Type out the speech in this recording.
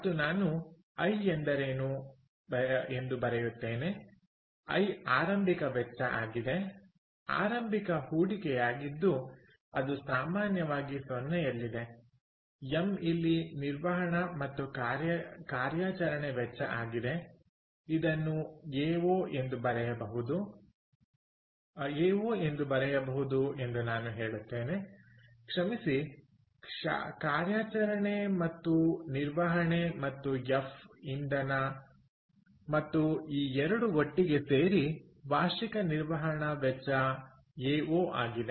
ಮತ್ತೆ ನಾನು ಐ ಎಂದರೇನು ಎಂದು ಬರೆಯುತ್ತೇನೆ ಐ ಆರಂಭಿಕ ವೆಚ್ಚ ಆರಂಭಿಕ ಹೂಡಿಕೆಯಾಗಿದ್ದು ಅದು ಸಾಮಾನ್ಯವಾಗಿ 0 ಯಲ್ಲಿದೆ ಎಂ ಇಲ್ಲಿ ನಿರ್ವಹಣೆ ಮತ್ತು ಕಾರ್ಯಾಚರಣೆ ವೆಚ್ಚ ಆಗಿದೆ ಇದನ್ನು ಎಓ ಎಂದು ಬರೆಯಬಹುದು ಎಂದು ನಾನು ಹೇಳುತ್ತೇನೆ ಕ್ಷಮಿಸಿ ಕಾರ್ಯಾಚರಣೆ ಮತ್ತು ನಿರ್ವಹಣೆ ಮತ್ತು ಎಫ್ ಇಂಧನ ಮತ್ತು ಈ ಎರಡು ಒಟ್ಟಿಗೆ ಸೇರಿ ವಾರ್ಷಿಕ ನಿರ್ವಹಣಾ ವೆಚ್ಚ ಎಓ ಆಗಿದೆ